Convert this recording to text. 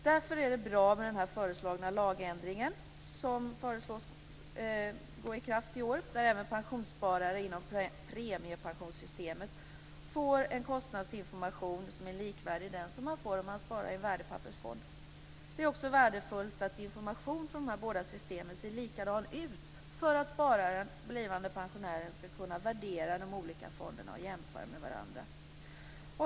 Därför är det bra med den föreslagna lagändringen som förslås träda i kraft i år, där även pensionssparare inom premiepensionssystemet får en kostnadsinformation som är likvärdig den som man får om man sparar i värdepappersfonder. Det är också värdefullt att informationen från de båda systemen ser likadan ut för att spararen och den blivande pensionären skall kunna värdera de olika fonderna och kunna jämföra dem med varandra.